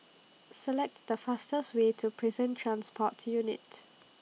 selects The fastest Way to Prison Transport Units